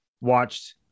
watched